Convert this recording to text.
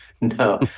No